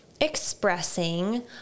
expressing